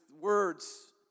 words